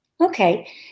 Okay